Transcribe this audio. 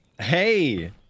Hey